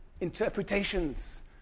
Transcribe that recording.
interpretations